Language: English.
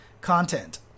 content